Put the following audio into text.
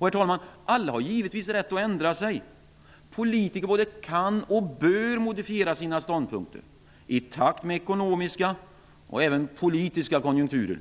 Herr talman! Alla har givetvis rätt att ändra sig. Politiker både kan och bör modifiera sina ståndpunkter i takt med ekonomiska och även politiska konjunkturer.